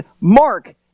Mark